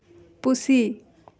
ᱯᱩᱥᱤ